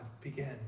begin